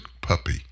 puppy